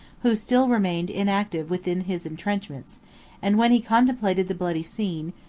who still remained inactive within his intrenchments and when he contemplated the bloody scene,